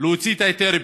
להוציא את היתר הבנייה,